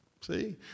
See